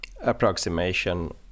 approximation